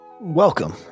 Welcome